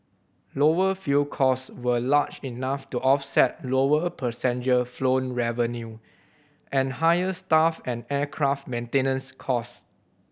lower fuel cost were large enough to offset lower passenger flown revenue and higher staff and aircraft maintenance cost